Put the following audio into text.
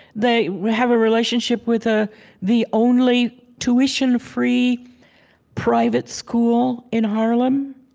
they have a relationship with ah the only tuition-free private school in harlem.